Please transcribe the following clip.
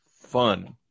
fun